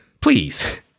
please